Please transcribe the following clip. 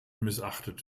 missachtet